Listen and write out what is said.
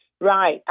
Right